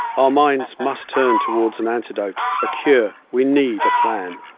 our minds must turn towards an antidote, a cure, we need a plan.